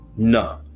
No